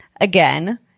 again